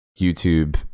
YouTube